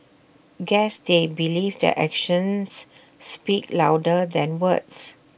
guess they believe that actions speak louder than words